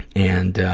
and